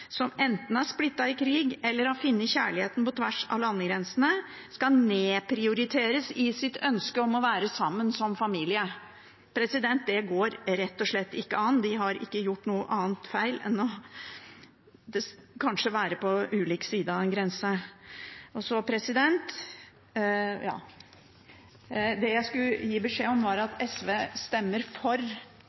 som enten er blitt splittet i krig eller har funnet kjærligheten på tvers av landegrensene, sitt ønske om å være sammen som familie. Det går rett og slett ikke an; de har ikke gjort noe annet feil enn kanskje å være på ulik side av en grense. Så skal jeg gi beskjed om at SV stemmer for